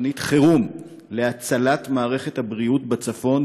תוכנית חירום להצלת מערכת הבריאות בצפון,